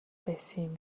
байсан